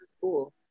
cool